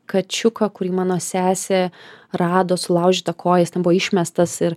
kačiuką kurį mano sesė rado sulaužyta koja jis ten buvo išmestas ir